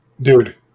Dude